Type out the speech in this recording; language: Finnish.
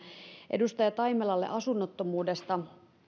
edustaja taimelalle asunnottomuudesta